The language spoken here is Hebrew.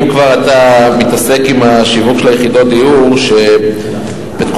אם כבר אתה מתעסק עם השיווק של יחידות הדיור: בתקופתך